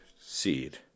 seed